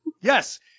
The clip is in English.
Yes